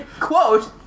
Quote